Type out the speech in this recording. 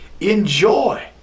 Enjoy